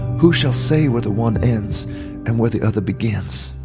who shall say where the one ends and where the other begins.